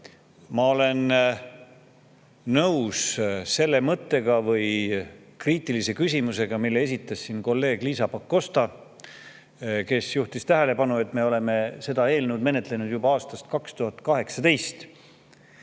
ma olen nõus selle mõttega või kriitilise küsimusega, mille esitas kolleeg Liisa Pakosta, kes juhtis tähelepanu, et me oleme seda eelnõu menetlenud juba 2018.